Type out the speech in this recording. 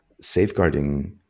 safeguarding